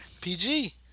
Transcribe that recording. PG